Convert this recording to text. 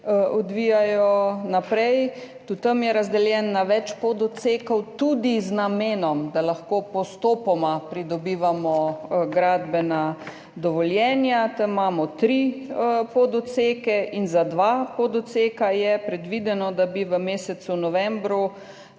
odvijajo naprej, tudi tam je razdeljeno na več pododsekov z namenom, da lahko postopoma pridobivamo gradbena dovoljenja. Tam imamo tri pododseke in za dva pododseka je predvideno, da bi v mesecu novembru